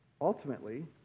ultimately